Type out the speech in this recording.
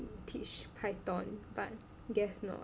teach Python but guess not